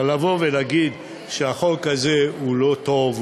אבל לבוא ולהגיד שהחוק הזה הוא לא טוב,